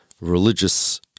religious